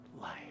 life